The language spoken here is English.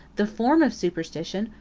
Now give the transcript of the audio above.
the form of superstition,